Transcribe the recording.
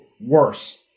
worse